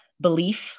belief